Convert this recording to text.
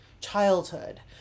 childhood